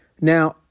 Now